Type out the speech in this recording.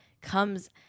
comes